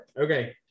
Okay